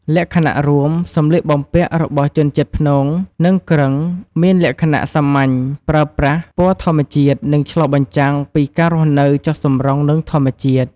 លក្ខណៈរួម: សម្លៀកបំពាក់របស់ជនជាតិព្នង និងគ្រឹង មានលក្ខណៈ សាមញ្ញ ប្រើប្រាស់ ពណ៌ធម្មជាតិ និងឆ្លុះបញ្ចាំងពី ការរស់នៅចុះសម្រុងនឹងធម្មជាតិ។